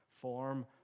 form